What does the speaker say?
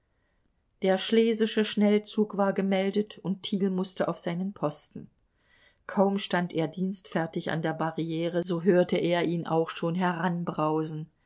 der schlesische schnellzug war gemeldet und thiel mußte auf seinen posten kaum stand er dienstfertig an der barriere so hörte er ihn auch schon